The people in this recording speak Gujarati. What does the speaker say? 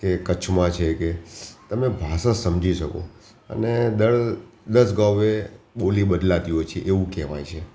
કે કચ્છમાં છે કે તમે ભાષા સમજી શકો અને દર દસ ગાઉ એ બોલી બદલાતી હોય છે એવું કહેવાય છે